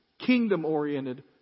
kingdom-oriented